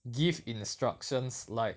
give instructions like